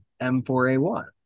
M4A1